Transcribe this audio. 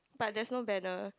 but there's no banner